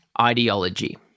ideology